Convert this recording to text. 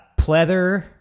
pleather